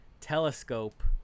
telescope